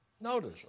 Notice